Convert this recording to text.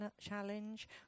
challenge